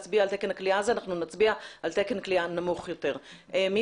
להצביע על תקן הכליאה הזה אנחנו נצביע על תקן כליאה נמוך יותר.